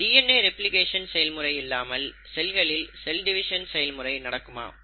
DNA replication செயல்முறை இல்லாமல் செல்களில் செல் டிவிஷன் செயல்முறை நடக்குமா